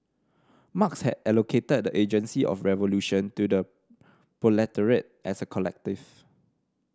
Marx had allocated the agency of revolution to the proletariat as a collective